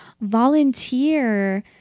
volunteer